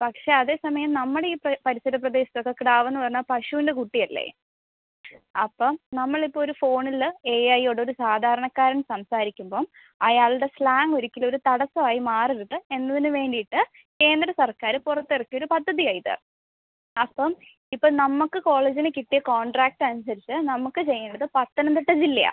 പക്ഷെ അതേസമയം നമ്മുടെ ഈ പരിസരപ്രദേശത്തൊക്കെ ക്ടാവെന്നുപറഞ്ഞാൽ പശുവിന്റെ കുട്ടിയല്ലേ അപ്പം നമ്മള് ഇപ്പോൾ ഒരു ഫോണില് ഏ ഐ യോട് ഒരു സാധാരണക്കാരന് സംസാരിക്കുമ്പം അയാളുടെ സ്ലാങ് ഒരിക്കലും ഒരു തടസമായി മാറരുത് എന്നതിനുവേണ്ടിയിട്ട് കേന്ദ്രസര്ക്കാർ പുറത്തിറക്കിയ ഒരു പദ്ധതിയാണ് ഇത് അപ്പം ഇപ്പം നമുക്ക് കോളേജിന് കിട്ടിയ കോണ്ട്രാക്റ്റ് അനുസരിച്ച് നമുക്ക് ചെയ്യേണ്ടത് പത്തനംതിട്ട ജില്ലയാ